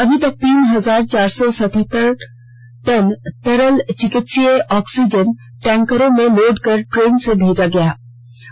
अभी तक तीन हजार चार सौ सतहतर टन तरल चिकित्सीय ऑक्सीजन टैंकरों में लोड कर ट्रेन से भेजा गया हैं